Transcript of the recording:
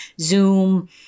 Zoom